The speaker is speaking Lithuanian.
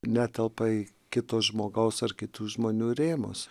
netelpa į kito žmogaus ar kitų žmonių rėmus